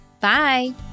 Bye